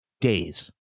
days